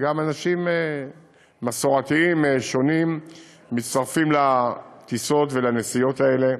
אלא גם אנשים מסורתיים שונים מצטרפים לטיסות ולנסיעות האלה,